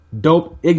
dope